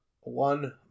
One